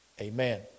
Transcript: Amen